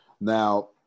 Now